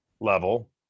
level